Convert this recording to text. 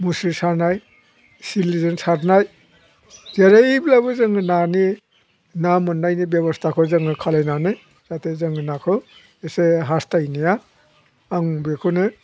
मुस्रि सानाय सिलिजों सारनाय जेरैब्लाबो जोङो नानि ना मोननायनि बेबस्थाखौ जोङो खालामनानै जाहाथे जोङो नाखौ एसे हास्थानाया आं बेखौनो